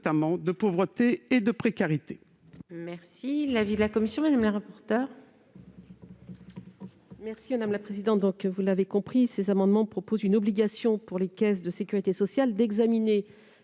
situation de pauvreté et de précarité.